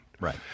Right